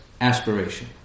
aspiration